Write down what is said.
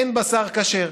אין בשר כשר.